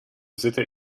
zetten